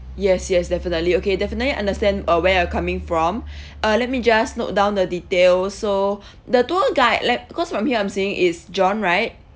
yes yes definitely okay definitely understand uh where you're coming from uh let me just note down the details so the tour guide let because from here I'm seeing it's john right